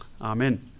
Amen